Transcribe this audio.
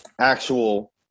actual